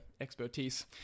expertise